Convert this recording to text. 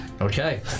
Okay